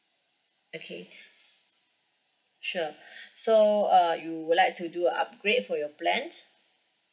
okay s~ sure so uh you would like to do a upgrade for your plans